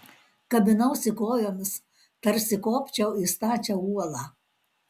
kabinausi kojomis tarsi kopčiau į stačią uolą